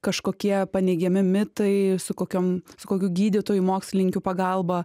kažkokie paneigiami mitai su kokiom su kokių gydytojų mokslininkių pagalba